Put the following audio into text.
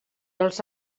els